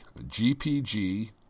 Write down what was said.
gpg